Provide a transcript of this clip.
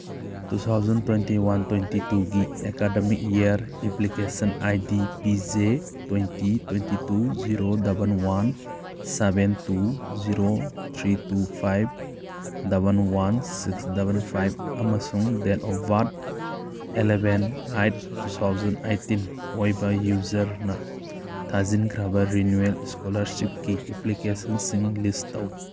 two thousand twenty one twenty ꯇꯨꯒꯤ academic year application I D P J twenty twenty two zero double one seven two zero three two five double one six double five ꯑꯃꯁꯨꯡ date of birth eleven eight two thousand eighteen ꯑꯣꯏꯕ ꯌꯨꯖꯔꯅ ꯊꯥꯖꯤꯟꯈ꯭ꯔꯕ renewal ꯏꯁꯀꯣꯂꯥꯔꯁꯤꯞꯀꯤ ꯑꯦꯄ꯭ꯂꯤꯀꯦꯁꯟꯁꯤꯡ ꯂꯤꯁ ꯇꯧ